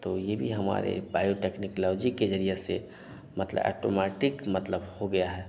तो यह भी हमारे बायोटेक्निकलॉजी के ज़रिए से मतलब ऐटोमैटिक मतलब हो गया है